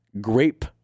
grape